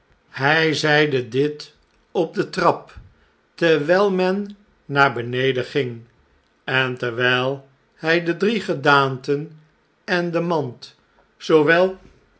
hij zeide dit op de trap terwijl men naar beneden ging en terwijl hij de drie gedaanten en de mand